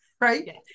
right